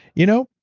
you know,